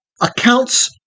accounts